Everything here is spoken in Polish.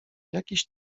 jakiś